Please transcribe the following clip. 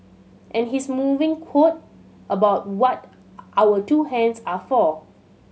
and his moving quote about what our two hands are for